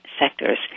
sectors